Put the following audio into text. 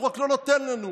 הוא רק לא נותן לנו.